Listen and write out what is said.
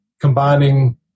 combining